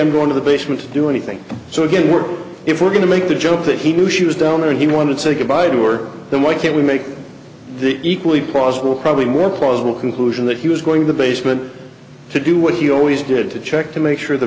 i'm going to the basement to do anything so again we're if we're going to make the jump that he knew she was down and he wanted to say goodbye tour then why can't we make the equally plausible probably more probable conclusion that he was going to the basement to do what he always did to check to make sure the